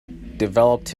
developed